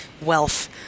wealth